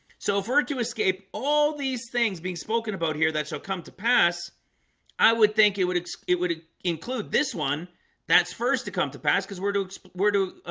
so if we're to escape all these things being spoken about here that shall come to pass i would think it would it would include this one that's first to come to pass because we're to exp where to ah,